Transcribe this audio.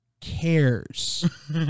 cares